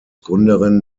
gründerin